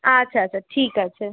আচ্ছা আচ্ছা ঠিক আছে